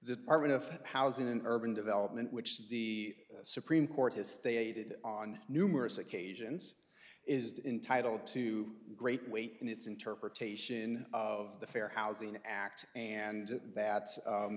the arming of housing and urban development which the supreme court has stated on numerous occasions is intitled to great weight in its interpretation of the fair housing act and that